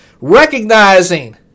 Recognizing